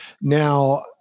Now